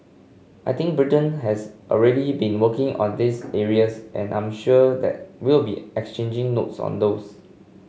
I think Britain has already been working on these areas and I'm sure that we'll be exchanging notes on those